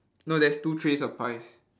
no there's two trays of pies